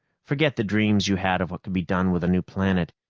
forget the dreams you had of what could be done with a new planet.